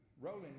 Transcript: rolling